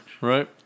Right